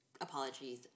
apologies